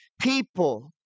people